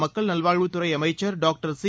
மக்கள் நல்வாழ்வுத்துறை அமைச்சர் டாக்டர் சி